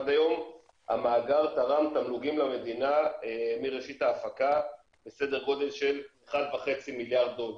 המאגר תרם תמלוגים למדינה מראשית ההפקה בסדר גודל של 1.5 מיליארד דולר.